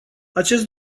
acest